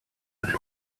with